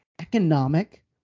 economic